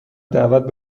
دعوت